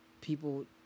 people